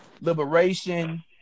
Liberation